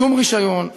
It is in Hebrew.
שום רישיון,